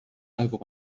over